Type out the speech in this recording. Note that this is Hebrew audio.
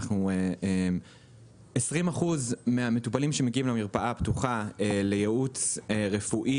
20% מהמטופלים שמגיעים למרפאה הפתוחה לייעוץ רפואי